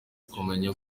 kumenya